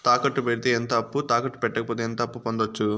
తాకట్టు పెడితే ఎంత అప్పు, తాకట్టు పెట్టకపోతే ఎంత అప్పు పొందొచ్చు?